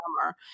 summer